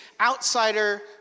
outsider